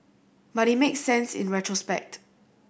but it makes sense in retrospect